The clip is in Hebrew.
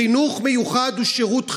חינוך מיוחד הוא שירות חיוני.